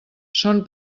són